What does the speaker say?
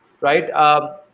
Right